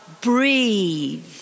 breathe